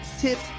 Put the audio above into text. tips